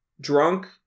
drunk